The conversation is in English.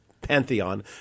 pantheon